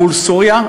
מול סוריה?